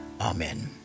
Amen